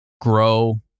grow